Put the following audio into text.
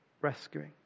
rescuing